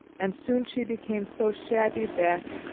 and soon she became so shabby that,